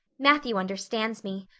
matthew understands me,